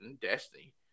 Destiny